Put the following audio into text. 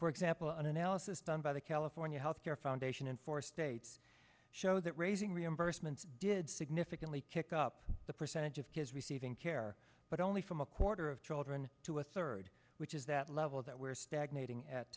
for example an analysis done by the california health care foundation in four states show that raising reimbursements did significantly kick up the percentage of kids receiving care but only from a quarter of children to a third which is that level that we're stagnating at